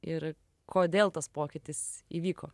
ir kodėl tas pokytis įvyko